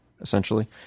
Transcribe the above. essentially